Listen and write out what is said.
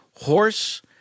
Horse